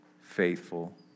faithful